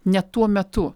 net tuo metu